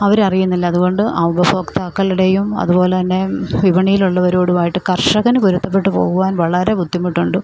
അവർ അറിയുന്നില്ല അതുകൊണ്ട് ഉപഭോക്താക്കളുടെയും അതുപോലെത്തന്നെ വിപണിയിലുള്ളവരോടുമായിട്ട് കർഷകന് പൊരുത്തപ്പെട്ടു പോകുവാൻ വളരെ ബുദ്ധിമുട്ടുണ്ട്